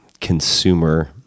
consumer